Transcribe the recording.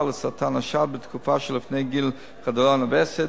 לסרטן השד בתקופה שלפני גיל חדלון הווסת,